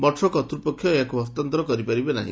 ମଠ କର୍ତ୍ତୂପକ୍ଷ ତାହାକୁ ହସ୍ତାନ୍ତର କରିପାରିବେ ନାହି